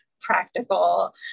practical